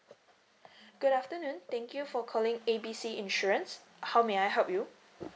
good afternoon thank you for calling A B C insurance how may I help you